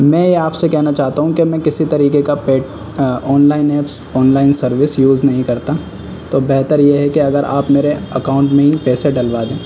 میں آپ سے کہنا چاہتا ہوں کہ میں کسی طریقے کا paid online apps online service use نہیں کرتا تو بہتر یہ ہے کہ اگر آپ میرے اکاؤنٹ میں ہی پیسے ڈلوا دیں